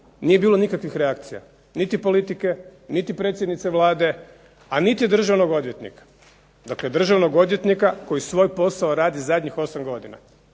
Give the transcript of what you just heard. nije bilo nikakvih reakcija niti politike, niti predsjednice Vlade, niti državnog odvjetnika. Dakle, državnog odvjetnika koji svoj posao radi zadnjih 8 godina.